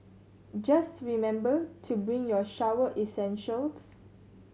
just remember to bring your shower essentials